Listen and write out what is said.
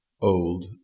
old